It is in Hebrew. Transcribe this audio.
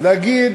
להגיד